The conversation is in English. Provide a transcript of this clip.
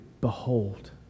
Behold